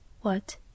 What